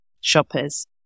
shoppers